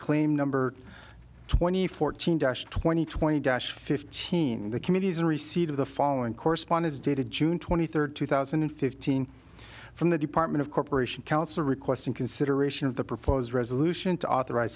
claim number twenty fourteen dash twenty twenty dash fifteen the committee is in receipt of the following correspondence dated june twenty third two thousand and fifteen from the department of corporation counsel requesting consideration of the proposed resolution to authorize